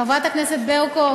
חברת הכנסת ברקו,